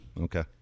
Okay